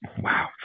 Wow